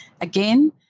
Again